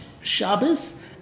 Shabbos